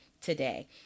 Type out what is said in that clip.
today